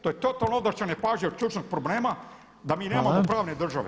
To je totalno odvraćanje pažnje od ključnog problema da mi nemamo pravne države.